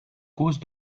cause